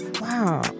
Wow